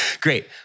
Great